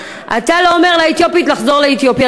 אתה לא אומר לאתיופית לחזור לאתיופיה?